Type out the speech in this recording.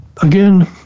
Again